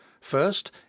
first